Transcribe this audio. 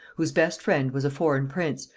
whose best friend was a foreign prince,